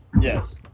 Yes